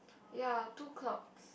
ya two clouds